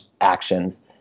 actions